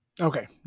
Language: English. Okay